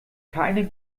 keine